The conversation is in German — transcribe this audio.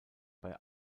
bei